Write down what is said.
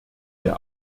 der